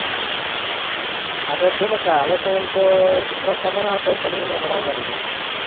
ᱦᱳᱭ ᱟᱫᱚ ᱪᱮᱫᱞᱮᱠᱟ ᱟᱞᱮ ᱥᱮᱱ ᱯᱮ ᱥᱮᱴᱮᱨᱚᱜ ᱛᱟᱵᱚᱱᱟ ᱥᱮ ᱠᱷᱟᱹᱞᱤ ᱚᱱᱟ ᱵᱚᱸᱜᱟ ᱴᱷᱮᱱ ᱜᱮ